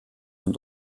und